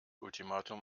ultimatum